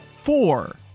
Four